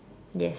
yes